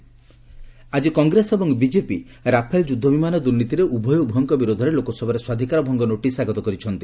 privilege motion ଆଜି କଂଗ୍ରେସ ଏବଂ BJP Rafale ଯୁଦ୍ଧବିମାନ ଦୁର୍ନୀତିରେ ଉଭୟ ଉଭୟଙ୍କ ବିରୋଧରେ ଲୋକସଭାରେ ସ୍ୱାଧୀକାର ଭଙ୍ଗ ନୋଟିସ୍ ଆଗତ କରିଛନ୍ତି